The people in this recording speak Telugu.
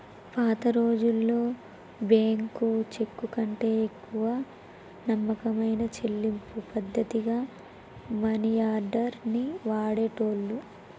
పాతరోజుల్లో బ్యేంకు చెక్కుకంటే ఎక్కువ నమ్మకమైన చెల్లింపు పద్ధతిగా మనియార్డర్ ని వాడేటోళ్ళు